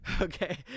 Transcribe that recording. Okay